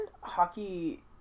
hockey